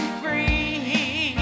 free